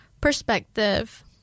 perspective